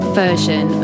version